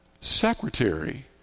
secretary